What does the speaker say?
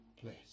place